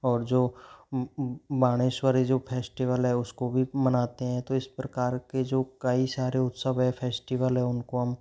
और जो बाणेश्वरी जो फेस्टिवल है उसको भी मनाते हैं तो इस प्रकार के जो कई सारे उत्सव है फेस्टिवल है उनको हम